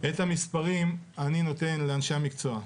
את המספרים אני נותן לאנשי המקצוע.